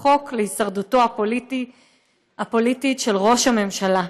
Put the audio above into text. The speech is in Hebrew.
חוק להישרדותו הפוליטית של ראש הממשלה.